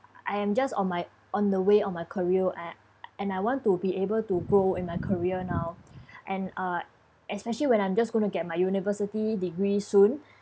I am just on my on the way of my career and I want to be able to grow in my career now and uh especially when I'm just going to get my university degree soon